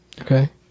Okay